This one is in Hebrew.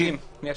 אני אשלים.